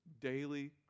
daily